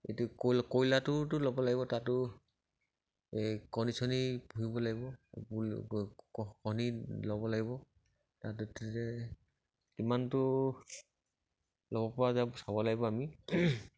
এইটো কইলাৰটোতো ল'ব লাগিব তাতো এই কণী চণী পুহিব লাগিব কণী ল'ব লাগিব তাতো কিমানটো ল'বপৰা যাব চাব লাগিব আমি